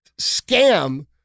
scam